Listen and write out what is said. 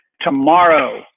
Tomorrow